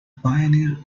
pioneer